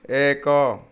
ଏକ